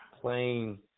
playing